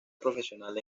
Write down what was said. profesional